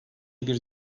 bir